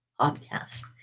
podcast